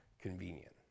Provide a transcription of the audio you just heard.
convenient